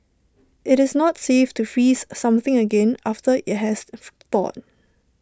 it's not safe to freeze something again after IT has thawed